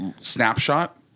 snapshot